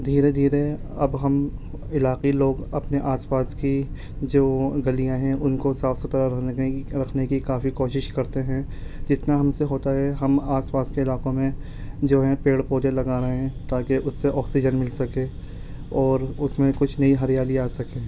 دھیرے دھیرے اب ہم علاقی لوگ اپنے آس پاس کی جو گلیاں ہیں اُن کو صاف سُتھرا رکھنے رکھنے کی کافی کوشش کرتے ہیں جتنا ہم سے ہوتا ہے ہم آس پاس کے علاقوں میں جو ہے پیڑ پودے لگا رہے ہیں تاکہ اُس سے آکسیجن مل سکے اور اُس میں کچھ نئی ہریالی آ سکیں